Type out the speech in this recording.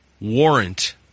Warrant